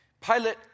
Pilate